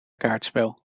kaartspel